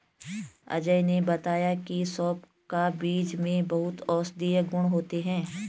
अजय ने बताया की सौंफ का बीज में बहुत औषधीय गुण होते हैं